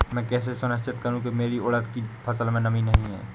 मैं कैसे सुनिश्चित करूँ की मेरी उड़द की फसल में नमी नहीं है?